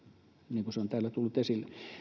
niin kuin täällä on tullut esille